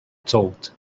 thought